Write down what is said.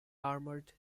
armoured